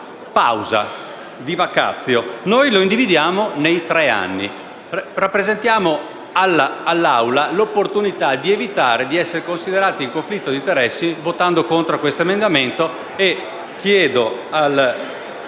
pausa e di *vacatio*. Noi lo individuiamo nei tre anni. Rappresentiamo pertanto all'Assemblea l'opportunità di evitare di essere considerati in conflitto di interessi votando contro questo emendamento